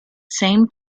same